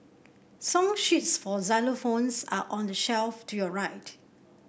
song sheets for xylophones are on the shelf to your right